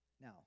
Now